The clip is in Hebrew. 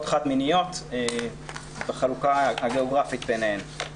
חד-מיניות והחלוקה הגיאוגרפית ביניהם.